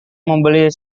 membeli